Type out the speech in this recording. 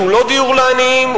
שהוא לא דיור לעניים,